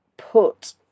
put